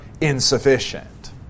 insufficient